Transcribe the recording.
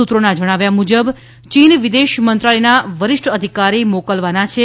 સૂત્રોના જણાવ્યા મુજબ ચીન વિદેશ મંત્રાલયના વરિષ્ઠ અધિકારી મોકલવાના છે